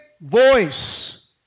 voice